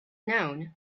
known